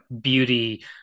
beauty